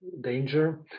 danger